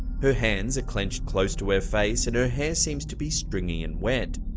her hands are clenched close to her face, and her hair seems to be stringing and wet.